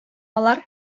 алар